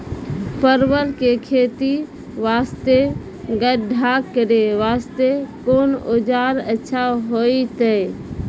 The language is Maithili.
परवल के खेती वास्ते गड्ढा करे वास्ते कोंन औजार अच्छा होइतै?